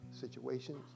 situations